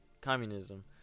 communism